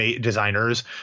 designers